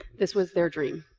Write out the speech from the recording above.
this was their dream.